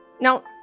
Now